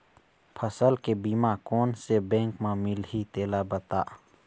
फसल के बीमा कोन से बैंक म मिलही तेला बता?